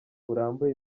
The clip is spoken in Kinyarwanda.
burambye